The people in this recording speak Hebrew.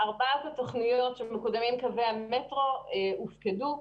14 נקודות שמקודמים קווי המטרו הופקדו.